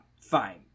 Fine